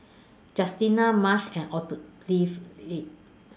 Justina Marsh and